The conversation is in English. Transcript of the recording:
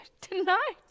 tonight